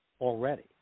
already